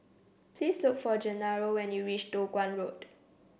please look for Gennaro when you reach Toh Guan Road